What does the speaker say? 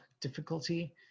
difficulty